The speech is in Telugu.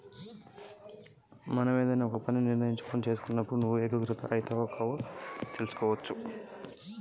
నేను ఏకీకృతం కావాలో లేదో ఎలా తెలుసుకోవచ్చు?